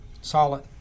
Solid